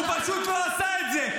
הוא פשוט לא עשה את זה,